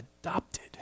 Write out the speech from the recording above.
adopted